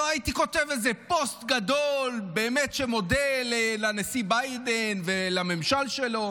לא הייתי כותב איזה פוסט גדול באמת שמודה לשיא ביידן ולממשל שלו.